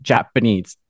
Japanese